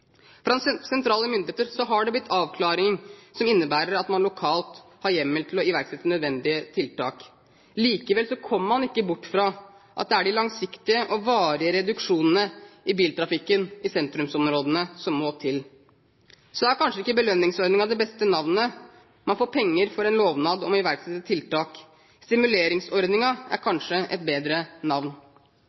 sentrale myndigheter har det blitt gitt avklaringer som innebærer at man lokalt har hjemmel til å iverksette nødvendige tiltak. Likevel kommer man ikke bort fra at det er de langsiktige og varige reduksjonene i biltrafikken i sentrumsområdene som må til. Så er kanskje ikke belønningsordningen det beste navnet. Man får penger for en lovnad om å iverksette tiltak. Stimuleringsordningen er kanskje et bedre navn.